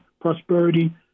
prosperity